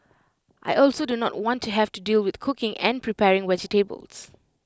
I also do not want to have to deal with cooking and preparing vegetables